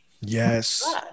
Yes